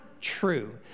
true